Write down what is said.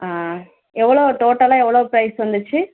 ஆ எவ்வளோ டோட்டலாக எவ்வளோ ப்ரைஸ் வந்துச்சு